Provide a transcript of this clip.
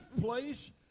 place